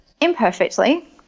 imperfectly